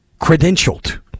credentialed